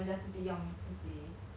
!wow! that's nice